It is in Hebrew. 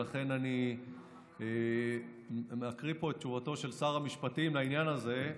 ולכן אני מקריא את תשובתו של שר המשפטים לעניין הזה,